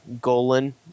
Golan